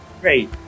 Great